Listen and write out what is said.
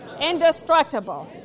indestructible